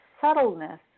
subtleness